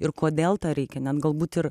ir kodėl tą reikia net galbūt ir